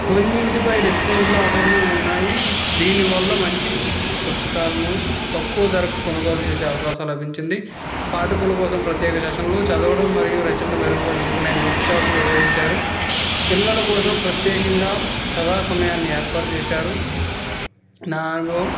కొన్నింటిపై డిస్కౌంట్లు ఆఫర్లు ఉన్నాయి దీని వల్ల మంచి పుస్తకాలను తక్కువ ధరకు కొనుగోలు చేసే అవకాశం లభించింది పాఠకుల కోసం ప్రత్యేక సెషన్లు చదవడం మరియు రచనని మెరుగుపరుచుకునే వర్క్ షాపులు నిర్వహించారు పిల్లల కోసం ప్రత్యేకంగా కథా సమయాన్ని ఏర్పాటు చేశారు నా అనుభవం